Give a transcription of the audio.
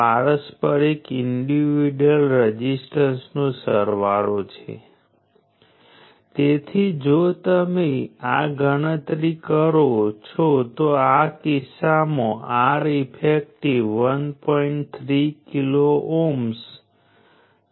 passive sign convention એવું છે કે જો તમે પેસિવ સાઇન કન્વેન્શન અનુસાર વોલ્ટેજ અને કરંટ લો છો અને તેને ગુણાકાર કરો છો જો એલિમેન્ટ પાવર શોષી રહ્યું હોય તો પરિણામ પોઝિટિવ આવશે